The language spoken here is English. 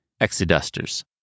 exodusters